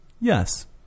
Yes